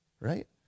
Right